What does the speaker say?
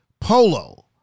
Polo